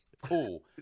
cool